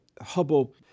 Hubble